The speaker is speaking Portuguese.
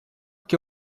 que